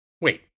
Wait